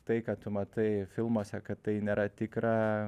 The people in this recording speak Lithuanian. tai ką tu matai filmuose kad tai nėra tikra